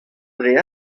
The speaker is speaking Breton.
dre